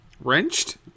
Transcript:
Wrenched